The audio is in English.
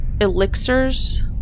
elixirs